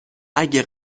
اگه